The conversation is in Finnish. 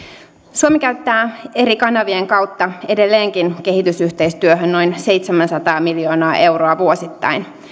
suomi käyttää eri kanavien kautta edelleenkin kehitysyhteistyöhön noin seitsemänsataa miljoonaa euroa vuosittain